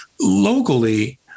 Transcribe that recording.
locally